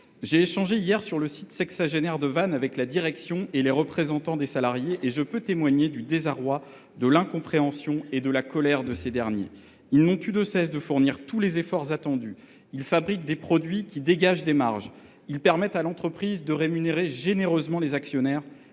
J’ai échangé hier, sur le site sexagénaire de Vannes, avec la direction et les représentants des salariés. Je peux témoigner du désarroi, de l’incompréhension et de la colère de ces derniers : ils n’ont eu de cesse de fournir tous les efforts attendus, ils fabriquent des produits qui dégagent des marges, ils permettent à l’entreprise de rémunérer généreusement ses actionnaires,